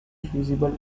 feasible